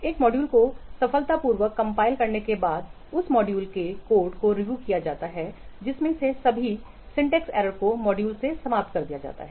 एक मॉड्यूल को सफलतापूर्वक कंपाइल्ड करने बाद उस माड्यूल के कोड को रिव्यू किया जाता है जिसमें से सभी सिंटेक्स एरर्स को मॉड्यूल से समाप्त कर दिया जाता है